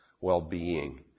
well-being